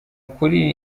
ukuri